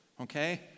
okay